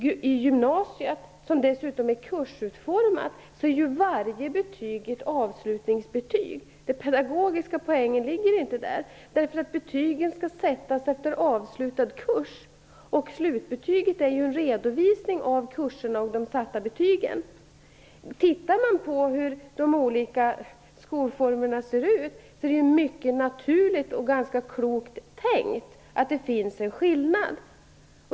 I gymnasiet, som dessutom är kursutformat, är varje betyg ett avslutningsbetyg. Den pedagogiska poängen ligger inte där, eftersom betygen skall sättas efter avslutad kurs. Slutbetyget är en redovisning av kurserna och de satta betygen. Tittar man på hur de olika skolformerna ser ut finner man att det är mycket naturligt och ganska klokt tänkt att det finns en skillnad.